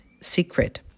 secret